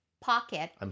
pocket